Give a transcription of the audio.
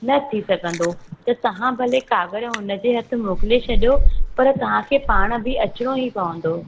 न थी सघंदो त तव्हां भले कागर उन जे हथ मोकिले छॾियो पर तव्हांखे पाण बि अचणो ई पवंदो